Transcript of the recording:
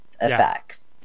effects